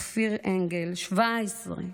אופיר אנגל, בן 17,